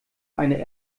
eine